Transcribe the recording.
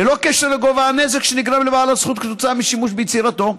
ללא קשר לגובה הנזק שנגרם לבעל הזכות משימוש ביצירתו.